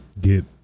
get